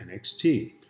NXT